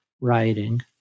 writing